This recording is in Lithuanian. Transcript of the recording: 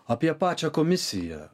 apie pačią komisiją